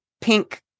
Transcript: pink